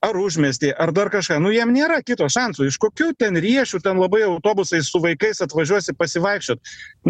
ar užmiesty ar dar kažką nu jam nėra kito šanso iš kokių ten riešių ten labai jau autobusais su vaikais atvažiuosi pasivaikščiot